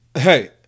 Hey